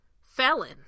felon